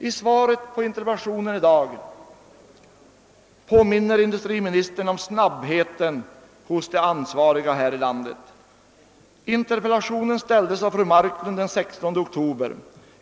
I svaret på interpellationen i dag påminner industriministern om 'snabbheten hos de ansvariga här i landet. Interpellationen ställdes av fru Mark lund den 16 oktober.